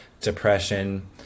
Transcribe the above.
depression